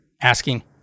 asking